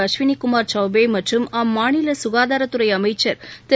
அஸ்வினிகுமாா சௌபேமற்றும் அம்மாநிலககாதாரத்துறைஅமைச்ச் திரு